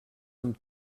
amb